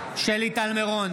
שלי טל מירון,